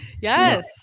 yes